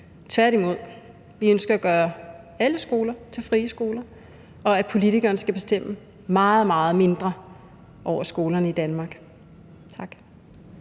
Tværtimod ønsker vi at gøre alle skoler til frie skoler, og at politikerne skal bestemme meget, meget mindre over skolerne i Danmark. Tak.